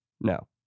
No